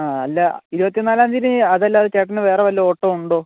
ആ അല്ല ഇരുപത്തിനാലാം തീയതി അതല്ലാതെ ചേട്ടന് വേറെ വല്ല ഓട്ടം ഉണ്ടോ